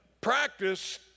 practice